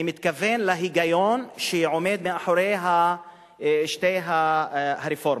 אני מתכוון להיגיון שעומד מאחורי שתי הרפורמות,